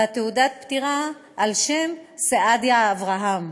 ותעודת הפטירה על שם סעדיה אברהם.